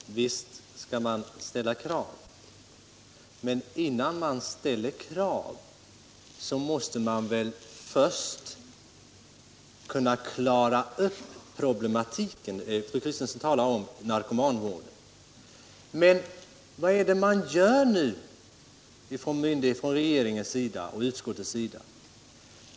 Herr talman! Visst skall man ställa krav, fru Kristensson, men innan man ställer krav måste man väl först kunna klara upp problematiken. Fru Kristensson talar om narkomanvård, men vad är det man gör nu från regeringens och utskottets sida?